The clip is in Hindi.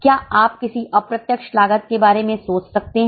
क्या आप किसी अप्रत्यक्ष लागत के बारे में सोच सकते हैं